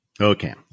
Okay